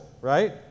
right